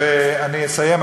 אני מסיים,